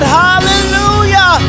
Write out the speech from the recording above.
hallelujah